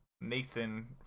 Nathan